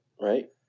right